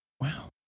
Wow